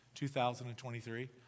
2023